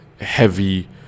heavy